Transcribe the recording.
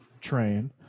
train